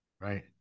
Right